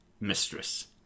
mistress